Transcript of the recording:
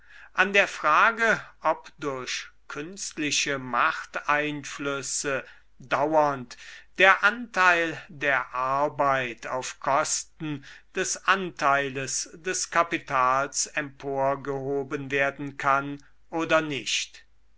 an der frage ob durch künstliche machteinflüsse dauernd der anteil der arbeit auf kosten des anteiles des kapitals emporgehoben werden kann oder nicht